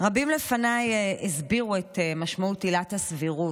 רבים לפניי הסבירו את משמעות עילת הסבירות,